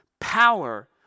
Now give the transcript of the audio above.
Power